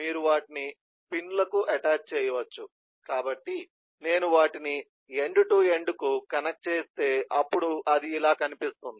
మీరు వాటిని పిన్లకు అటాచ్ చేయవచ్చు కాబట్టి నేను వాటిని ఎండ్ టు ఎండ్కు కనెక్ట్ చేస్తే అప్పుడు అది ఇలా కనిపిస్తుంది